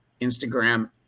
Instagram